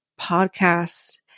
podcast